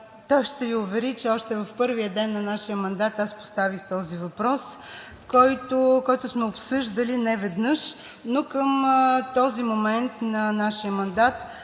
Той ще Ви увери, че още в първия ден на нашия мандат поставих този въпрос, който сме обсъждали неведнъж, но към този момент на нашия мандат